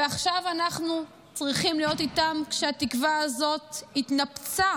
ועכשיו אנחנו צריכים להיות איתם כשהתקווה הזאת התנפצה